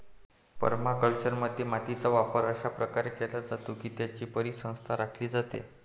परमाकल्चरमध्ये, मातीचा वापर अशा प्रकारे केला जातो की त्याची परिसंस्था राखली जाते